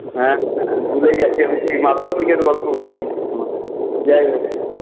হ্যাঁ ভুলে গেছি আমি সেই মাধ্যমিকের গল্প বলে দিচ্ছি তোমাকে যাই হোক